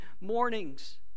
mornings